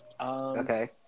Okay